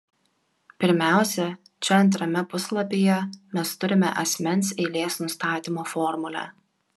pirmiausia čia antrame puslapyje mes turime asmens eilės nustatymo formulę